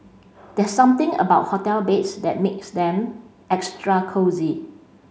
there's something about hotel beds that makes them extra cosy